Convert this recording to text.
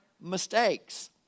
mistakes